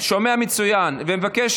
שומע מצוין, ומבקש